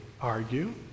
argue